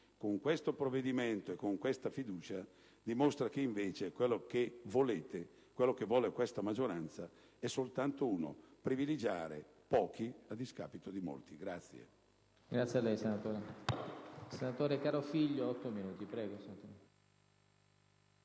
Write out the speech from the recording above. con questo provvedimento e con questa fiducia dimostra che, invece, quello che vuole questa maggioranza è soltanto privilegiare pochi a discapito di molti.